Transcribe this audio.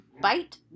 bite